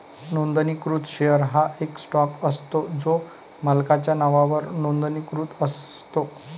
नोंदणीकृत शेअर हा एक स्टॉक असतो जो मालकाच्या नावावर नोंदणीकृत असतो